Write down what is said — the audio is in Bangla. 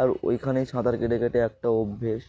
আর ওইখানেই সাঁতার কেটে কেটে একটা অভ্যেস